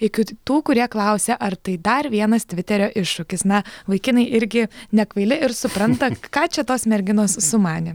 iki tų kurie klausia ar tai dar vienas tviterio iššūkis na vaikinai irgi nekvaili ir supranta ką čia tos merginos sumanė